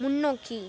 முன்னோக்கி